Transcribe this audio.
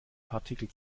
partikel